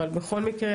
אבל בכל מקרה,